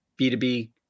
b2b